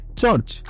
church